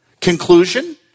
Conclusion